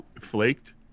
flaked